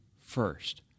first